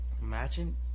imagine